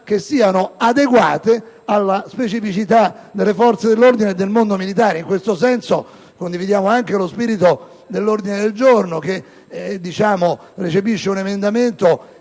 che siano adeguate alla specificità delle forze dell'ordine e del mondo militare. In questo senso, condividiamo anche lo spirito dell'ordine del giorno che recepisce un emendamento